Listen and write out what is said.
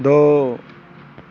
ਦੋ